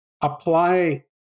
apply